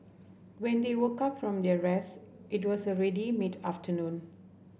when they woke up from their rest it was already mid afternoon